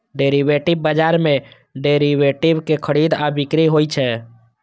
derivative बाजार मे derivative के खरीद आ बिक्री होइ छै